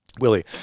Willie